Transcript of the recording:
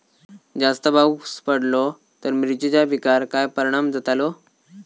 जास्त पाऊस पडलो तर मिरचीच्या पिकार काय परणाम जतालो?